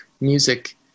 music